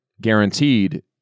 guaranteed